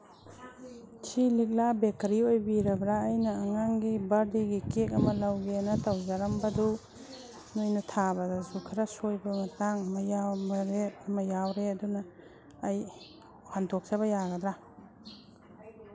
ꯁꯤ ꯂꯤꯛꯂꯥ ꯕꯦꯀꯔꯤ ꯑꯣꯏꯕꯤꯔꯕ꯭ꯔꯥ ꯑꯩꯅ ꯑꯉꯥꯡꯒꯤ ꯕꯥꯔꯗꯦꯒꯤ ꯀꯦꯛ ꯑꯃ ꯂꯧꯒꯦꯅ ꯇꯧꯖꯔꯝꯕꯗꯨ ꯅꯣꯏꯅ ꯊꯥꯕꯗꯁꯨ ꯈꯔ ꯁꯣꯏꯕ ꯃꯇꯥꯡ ꯑꯃ ꯃꯌꯦꯛ ꯑꯃ ꯌꯥꯎꯔꯦ ꯑꯗꯨꯅ ꯑꯩ ꯍꯟꯗꯣꯛꯆꯕ ꯌꯥꯒꯗ꯭ꯔꯥ